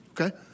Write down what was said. okay